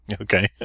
Okay